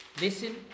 listen